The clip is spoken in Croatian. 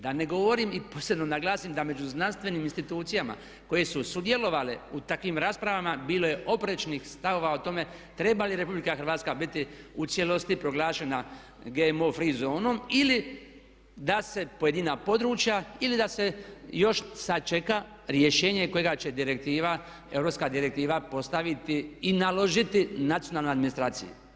Da ne govorim i posebno naglasim da među znanstvenim institucijama koje su sudjelovale u takvim raspravama bilo je oprečnih stavova o tome treba li Republika Hrvatska biti u cijelosti proglašena GMO free zonom ili da se pojedina područja ili da se još sačeka rješenje kojega će europska direktiva postaviti i naložiti nacionalnoj administraciji.